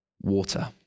water